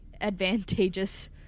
advantageous